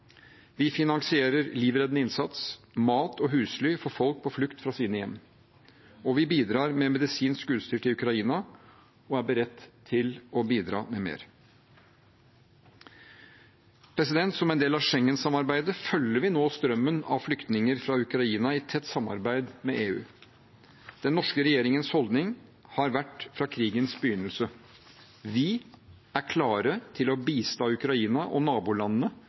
Vi finansierer livreddende innsats, mat og husly for folk på flukt fra sine hjem, og vi bidrar med medisinsk utstyr til Ukraina. Vi er beredt til å bidra med mer. Som en del av Schengen-samarbeidet følger vi nå strømmen av flyktninger fra Ukraina i tett samarbeid med EU. Den norske regjeringens holdning har fra krigens begynnelse vært at vi er klare til å bistå Ukraina og nabolandene